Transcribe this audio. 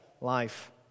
life